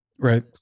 Right